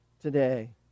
today